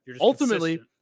Ultimately